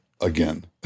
again